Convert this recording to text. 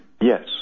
Yes